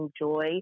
enjoy